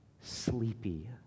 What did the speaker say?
sleepy